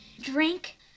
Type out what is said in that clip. drink